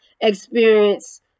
experience